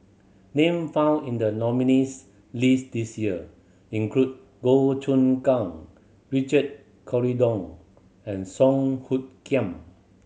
name found in the nominees' list this year include Goh Choon Kang Richard Corridon and Song Hoot Kiam